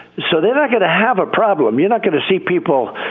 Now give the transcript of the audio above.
so they're not going to have a problem. you're not going to see people,